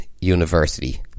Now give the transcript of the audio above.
University